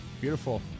Beautiful